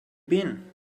been